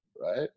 Right